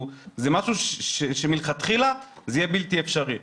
זה משהו מלכתחילה שיהיה בלתי אפשרי.